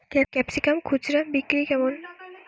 Capsicum খুচরা বিক্রি কেমন?